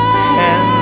ten